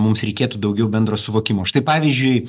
mums reikėtų daugiau bendro suvokimo štai pavyzdžiui